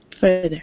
further